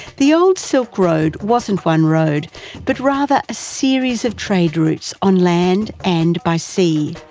the old silk road wasn't one road but rather a series of trade routes on land and by sea.